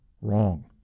wrong